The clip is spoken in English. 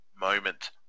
moment